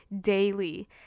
daily